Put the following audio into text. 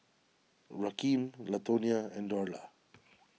Rakeem Latonia and Dorla